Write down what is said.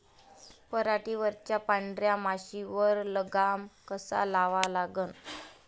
पराटीवरच्या पांढऱ्या माशीवर लगाम कसा लावा लागन?